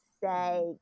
say